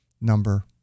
number